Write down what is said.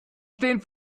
stehen